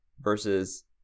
versus